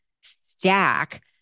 stack